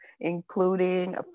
including